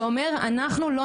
שאומר שאנחנו נלחמים,